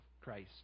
Christ